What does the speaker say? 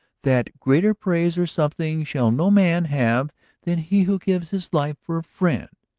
that greater praise or something shall no man have than he who gives his life for a friend?